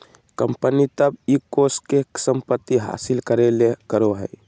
company तब इ कोष के संपत्ति हासिल करे ले करो हइ